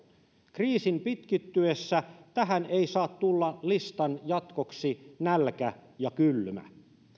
kriisin pitkittyessä tähän ei saa tulla listan jatkoksi nälkä ja kylmä